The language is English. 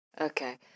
Okay